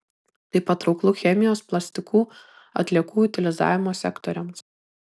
tai patrauklu chemijos plastikų atliekų utilizavimo sektoriams